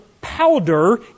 powder